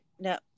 No